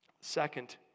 Second